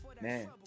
Man